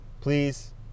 please